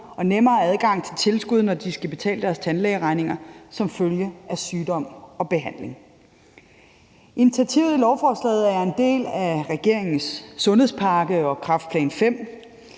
og nemmere adgang til tilskud, når de skal betale deres tandlægeregninger som følge af sygdom og behandling. Initiativet i lovforslaget er en del af regeringens sundhedspakke og kræftplan V.